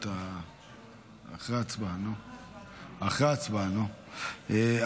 התשפ"ג 2023. הצבעה.